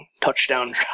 touchdown